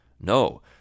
No